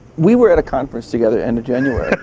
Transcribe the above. we were at a conference together, end of january.